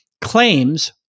claims